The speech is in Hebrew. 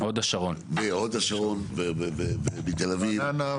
מהוד השרון ותל אביב,